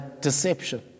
deception